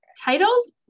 Titles